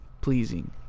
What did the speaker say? pleasing